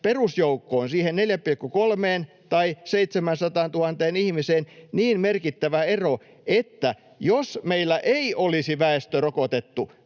perusjoukkoon, siihen 4,3 miljoonaan tai 700 000 ihmiseen, niin merkittävä ero, että jos meillä ei olisi väestöä rokotettu